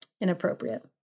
inappropriate